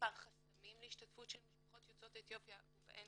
מספר חסמים להשתתפות של משפחות יוצאות אתיופיה ובהם,